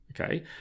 Okay